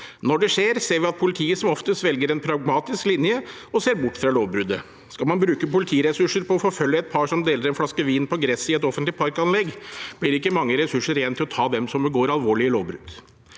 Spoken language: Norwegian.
Når det skjer, ser vi at politiet som oftest velger en pragmatisk linje og ser bort fra lovbruddet. Skal man bruke politiressurser på å forfølge et par som deler en flaske vin på gresset i et offentlig parkanlegg, blir det ikke mange ressurser igjen til å ta dem som begår alvorlige lovbrudd.